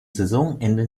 saisonende